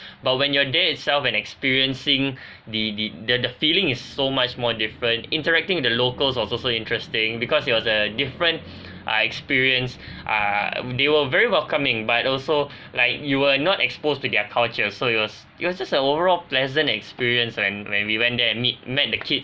but when you're there itself and experiencing the the the the feeling is so much more different interacting with the locals also so interesting because it was a different uh experience ah mm they were very welcoming but also like you were not exposed to their culture so it was it was just a overall pleasant experience when when we went there and meet met the kids